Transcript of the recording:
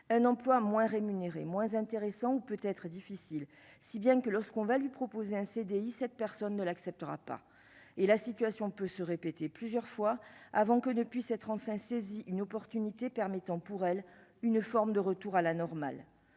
un emploi moins rémunéré moins intéressant ou peut être difficile, si bien que lorsqu'on va lui proposer un CDI, cette personne ne l'acceptera pas et la situation peut se répéter plusieurs fois avant que ne puisse être enfin saisi une opportunité permettant pour elle une forme de retour à la normale